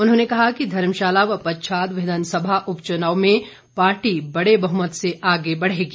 उन्होंने कहा कि धर्मशाला व पच्छाद विधानसभा उपचुनाव में पार्टी बड़े बहुमत से आगे बढ़ेगी